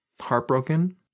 heartbroken